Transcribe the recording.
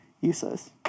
useless